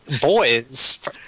boys